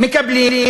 מקבלים,